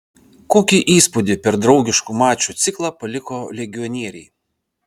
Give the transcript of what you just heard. kokį įspūdį per draugiškų mačų ciklą paliko legionieriai